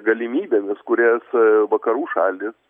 galimybėmis kurias vakarų šalys